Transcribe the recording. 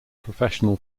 professional